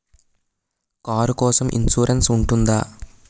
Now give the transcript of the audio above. Car కోసం insurance ఉంటుందా?